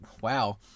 wow